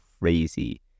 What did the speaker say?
crazy